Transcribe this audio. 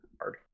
hard